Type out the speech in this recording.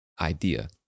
idea